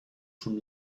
from